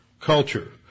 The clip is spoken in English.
culture